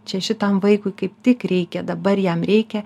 čia šitam vaikui kaip tik reikia dabar jam reikia